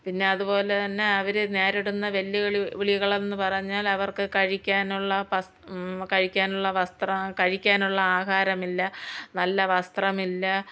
പിന്നെ അതുപോലെ തന്നെ അവർ നേരിടുന്ന വെല്ലുവിളികളെന്ന് പറഞ്ഞാൽ അവർക്ക് കഴിക്കാനുള്ള വസ് കഴിക്കാനുള്ള വസ്ത്ര കഴിക്കാനുള്ള ആഹാരമില്ല നല്ല വസ്ത്രമില്ല